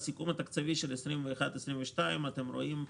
בסיכום התקציבי של 2021 2022 אתם רואים,